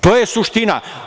To je suština.